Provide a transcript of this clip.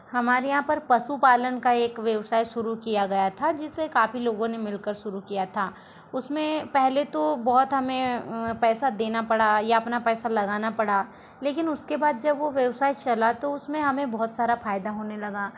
हमारे यहाँ पर पशुपालन का एक व्यवसाए शुरू किया गया था जिसे काफ़ी लोगों ने मिल कर शुरू किया था उस में पहले तो बहुत हमें पैसा देना पड़ा या अपना पैसा लगाना पड़ा लेकिन उसके बाद जब वो व्यवसाए चला तो उसमें हमें बहुत सारा फायदा होने लगा